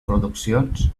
produccions